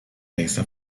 esa